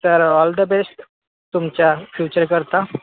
तर all the best तुमच्या future करता